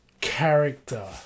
character